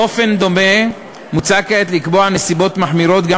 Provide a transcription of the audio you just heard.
באופן דומה מוצע כעת לקבוע נסיבות מחמירות גם